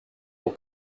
pour